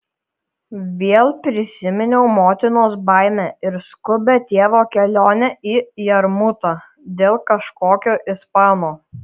vėl prisiminiau motinos baimę ir skubią tėvo kelionę į jarmutą dėl kažkokio ispano